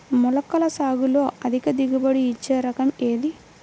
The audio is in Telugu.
మొలకల సాగులో అధిక దిగుబడి ఇచ్చే రకం ఏది?